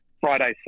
Friday